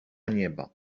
niebo